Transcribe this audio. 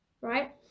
right